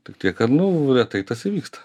tik tiek kad nu retai tas įvyksta